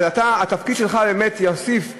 שהתפקיד שלך באמת יוסיף לכידות,